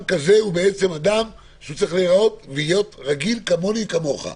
בעצם צריך להיות רגיל כמוני וכמוך.